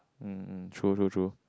mm true true true